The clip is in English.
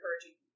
encouraging